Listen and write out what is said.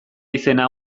izena